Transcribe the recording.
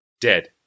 Dead